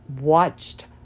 watched